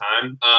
time